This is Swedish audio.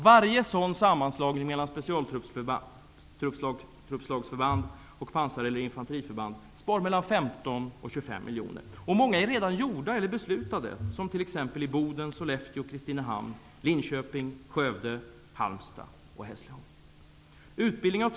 Varje sådan sammanslagning mellan specialtruppsslagsförband och pansar eller infanteriförband spar 15--25 miljoner. Många är redan gjorda eller beslutade, t.ex. i Boden, miljoner per år.